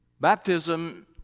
baptism